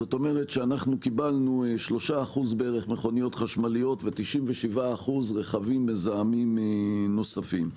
זאת אומרת שקיבלנו 3% בערך מכוניות חשמליות ו-97% רכבים מזהמים נוספים.